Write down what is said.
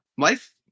Life